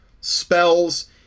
spells